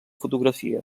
fotografia